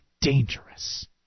dangerous